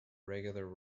regular